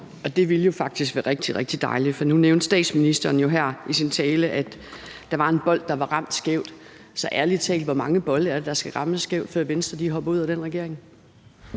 Og det ville jo faktisk være rigtig, rigtig dejligt, for nu nævnte statsministeren her i sin tale, at der var en bold, der var ramt skævt. Så ærlig talt: Hvor mange bolde er det, der skal ramme skævt, før Venstre hopper ud af den regering?